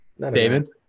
David